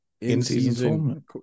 in-season